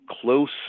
close